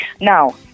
Now